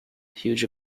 huge